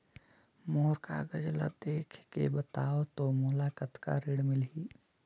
मोर कागज ला देखके बताव तो मोला कतना ऋण मिलही?